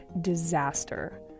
disaster